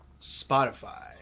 Spotify